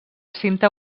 cinta